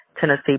Tennessee